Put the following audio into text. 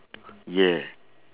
yeah